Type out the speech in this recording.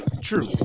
True